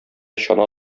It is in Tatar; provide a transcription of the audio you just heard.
чана